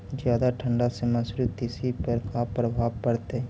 जादा ठंडा से मसुरी, तिसी पर का परभाव पड़तै?